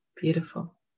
beautiful